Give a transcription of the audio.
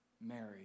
Mary